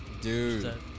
Dude